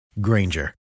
Granger